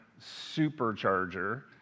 Supercharger